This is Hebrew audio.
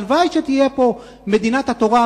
הלוואי שתהיה פה מדינת התורה,